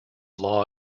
law